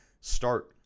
start